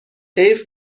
حیف